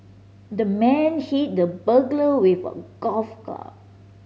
the man hit the burglar with a golf club